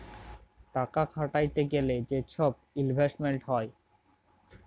টাকা খাটাইতে গ্যালে যে ছব ইলভেস্টমেল্ট হ্যয়